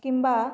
କିମ୍ବା